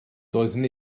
doeddwn